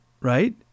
Right